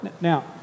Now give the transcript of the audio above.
Now